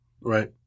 Right